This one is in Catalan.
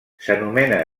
s’anomena